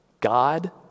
God